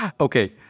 Okay